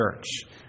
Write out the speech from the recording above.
church